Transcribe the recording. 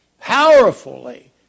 powerfully